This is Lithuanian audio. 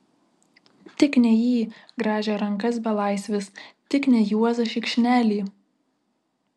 tik ne jį grąžė rankas belaisvis tik ne juozą šikšnelį